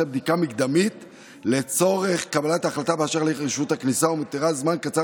בדיקה מקדמית לצורך קבלת החלטה באשר לרשות הכניסה ומותירה זמן קצר